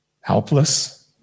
Helpless